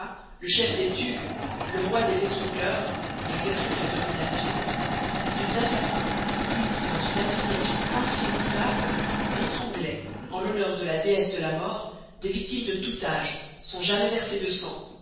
le chef des thugs le roi des étrangleurs exerçait sa domination ces assassins unis dans une association insaisissable étranglaient en l'honneur de la déesse de la mort des victimes de tout âge sans jamais verser de sang